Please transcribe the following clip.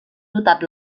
dotat